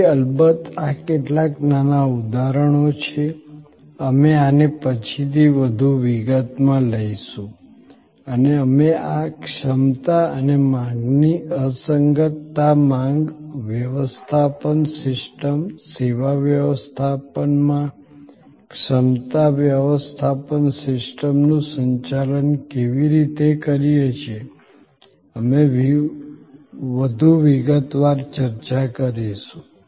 તેથી અલબત્ત આ કેટલાક નાના ઉદાહરણો છે અમે આને પછીથી વધુ વિગતમાં લઈશું અને અમે આ ક્ષમતા અને માંગની અસંગતતા માંગ વ્યવસ્થાપન સિસ્ટમ સેવા વ્યવસ્થાપનમાં ક્ષમતા વ્યવસ્થાપન સિસ્ટમનું સંચાલન કેવી રીતે કરીએ છીએ અમે તે વધુ વિગતવાર ચર્ચા કરીશું